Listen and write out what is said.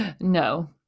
No